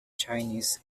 chinese